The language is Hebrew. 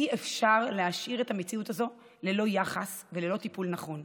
אי-אפשר להשאיר את המציאות הזו ללא יחס וללא טיפול נכון.